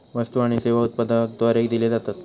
वस्तु आणि सेवा उत्पादकाद्वारे दिले जातत